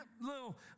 little